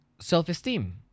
self-esteem